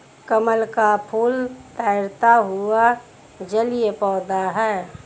कमल का फूल तैरता हुआ जलीय पौधा है